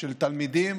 של תלמידים